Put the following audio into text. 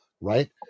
right